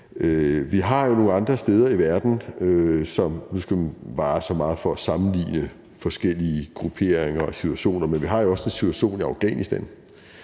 for voldelig ageren osv. Nu skal man vare sig meget for at sammenligne forskellige grupperinger og situationer, men vi har jo også en situation i Afghanistan,